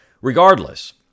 regardless